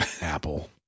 apple